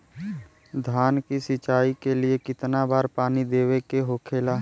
धान की सिंचाई के लिए कितना बार पानी देवल के होखेला?